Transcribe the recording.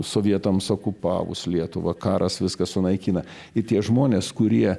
sovietams okupavus lietuvą karas viską sunaikina ir tie žmonės kurie